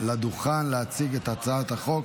לדוכן להציג את הצעת החוק.